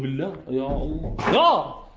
no no no